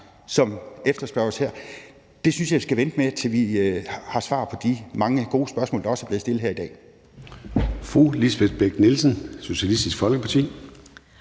det efterspørges her, synes jeg vi skal vente med at tage stilling til, til vi har svar på de mange gode spørgsmål, der også er blevet stillet her i dag.